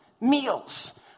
meals